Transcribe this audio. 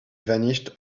vanished